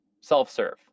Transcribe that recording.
Self-serve